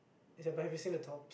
but have you seen the tops